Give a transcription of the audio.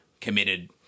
committed